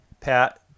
pat